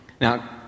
Now